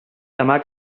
demà